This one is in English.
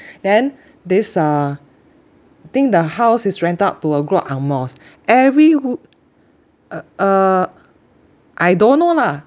then this uh I think the house is rent out to a group of ang mohs every week uh uh I don't know lah